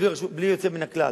בלי יוצא מן הכלל,